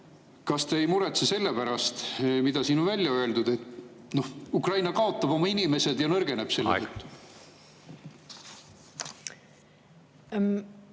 kas te ei muretse selle pärast, mida siin on välja öeldud, et Ukraina kaotab oma inimesed ja nõrgeneb selle